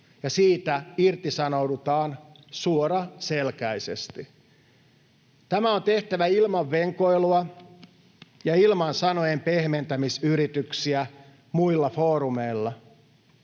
siitä irtisanoudutaan suoraselkäisesti. Tämä on tehtävä ilman venkoilua ja ilman sanojen pehmentämisyrityksiä muilla foorumeilla.